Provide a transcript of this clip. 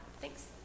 Thanks